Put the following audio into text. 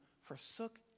forsook